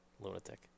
Lunatic